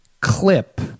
clip